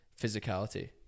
physicality